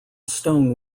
stone